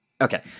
Okay